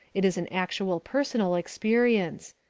it is an actual personal experience.